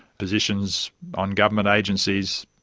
positions on government agencies,